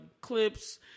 clips